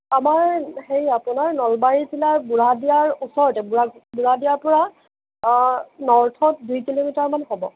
আমাৰ হেৰি আপোনাৰ নলবাৰী জিলাৰ বুঢ়াদিয়াৰ ওচৰতে বুঢ়া বুঢ়াদিয়াৰ পৰা নৰ্থত দুই কিলোমিটাৰমান হ'ব